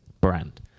brand